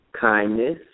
kindness